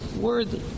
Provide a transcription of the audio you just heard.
worthy